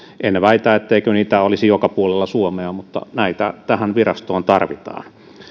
en väitä etteikö niitä olisi joka puolella suomea mutta näitä tähän virastoon tarvitaan